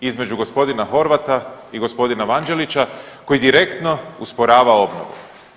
Između gospodina Horvata i gospodina Vanđelića koji direktno usporava obnovu.